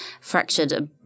fractured